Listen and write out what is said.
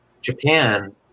Japan